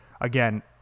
again